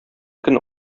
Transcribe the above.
көн